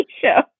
show